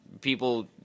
people